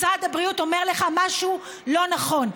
משרד הבריאות אומר לך משהו לא נכון.